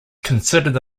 considered